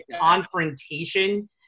confrontation